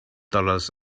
dollars